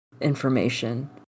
information